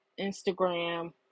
Instagram